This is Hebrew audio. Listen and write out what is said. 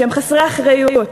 שהם חסרי אחריות,